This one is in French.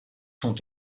sont